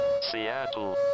Seattle